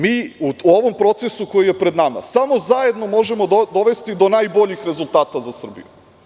Mi u ovom procesu koji je pred nama samo zajedno možemo dovesti do najboljih rezultata za Srbiju.